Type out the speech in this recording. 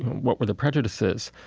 what were the prejudices,